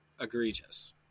egregious